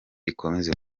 rikomeze